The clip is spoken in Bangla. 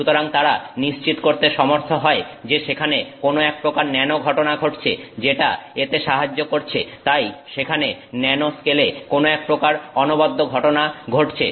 সুতরাং তারা নিশ্চিত করতে সমর্থ হয় যে সেখানে কোনো এক প্রকার ন্যানো ঘটনা ঘটছে যেটা এতে সাহায্য করছে তাই সেখানে ন্যানো স্কেলে কোন একপ্রকার অনবদ্য ঘটনা ঘটছে